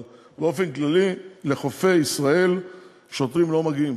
אבל באופן כללי לחופי ישראל שוטרים לא מגיעים,